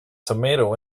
tomato